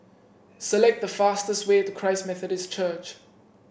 select the fastest way to Christ Methodist Church